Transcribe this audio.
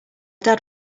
dad